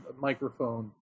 microphone